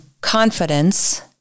confidence